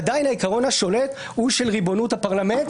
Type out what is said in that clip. העיקרון השולט עדיין הוא של ריבונות הפרלמנט,